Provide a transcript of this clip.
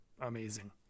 amazing